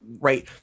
right